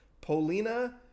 Polina